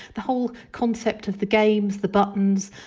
the whole concept of the games, the buttons,